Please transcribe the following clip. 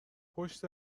پشت